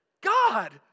God